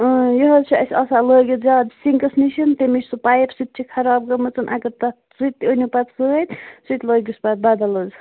یہِ حظ چھُ اَسہِ آسان لٲگِتھ زیادٕ سِنکَس نِش تَمِچ سُہ پایپ سُہ تہِ چھِ خراب گٲمٕژ اگر تتھ سُہ تہِ أنِو پَتہٕ سۭتۍ سُہ تہِ لٲگۍہوٗس پَتہٕ بَدَل حظ